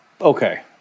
Okay